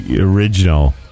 original